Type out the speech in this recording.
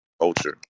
culture